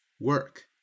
work